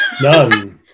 None